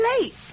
late